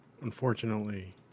Unfortunately